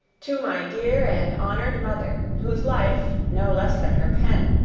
to my dear and honored mother, whose life, no less than her pen,